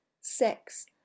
sex